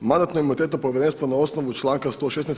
Mandatno-imunitetno povjerenstvo na osnovu članka 116.